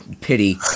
pity